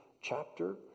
chapter